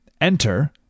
Enter